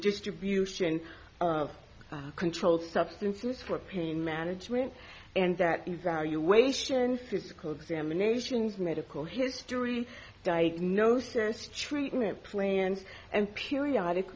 distribution of controlled substances for pain management and that evaluation sysco examinations medical history diagnosis treatment plans and periodic